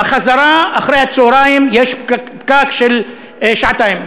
ובחזרה אחרי-הצהריים יש פקקים של שעתיים.